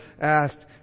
asked